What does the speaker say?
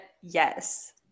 yes